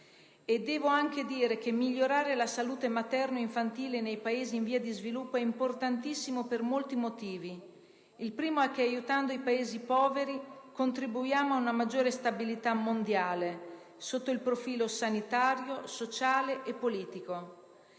altresì aggiungere che migliorare la salute materno-infantile nei Paesi in via di sviluppo è importantissimo per molti motivi. Il primo di essi è che aiutando i Paesi poveri contribuiamo a una maggiore stabilità mondiale sotto il profilo sanitario, sociale e politico.